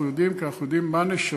אנחנו יודעים כי אנחנו יודעים מה נשווק.